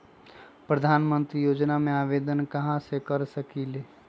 प्रधानमंत्री योजना में आवेदन कहा से कर सकेली?